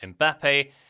Mbappe